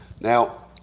Now